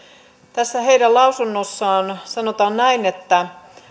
tässä heidän lausunnossaan sanotaan näin